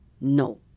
No